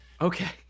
okay